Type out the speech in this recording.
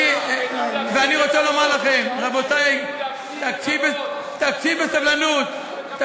ואני רוצה לומר לכם, זה במקום להפסיד בכבוד.